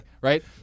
right